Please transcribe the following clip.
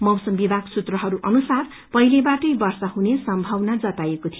मौसम विभाग सूत्रहरू अनुसार पहिलेबाटै वर्षा हुने सम्भावना जताइएको थियो